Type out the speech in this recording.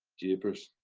jeepers.